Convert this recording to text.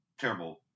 terrible